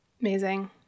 amazing